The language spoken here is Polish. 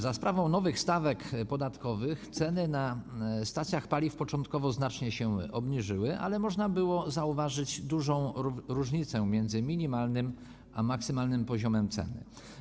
Za sprawą nowych stawek podatkowych ceny na stacjach paliw początkowo znacznie się obniżyły, ale można było zauważyć dużą różnicę między minimalnym a maksymalnym poziomem cen.